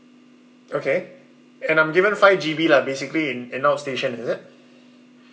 okay and I'm given five G_B lah basically in in outstation is it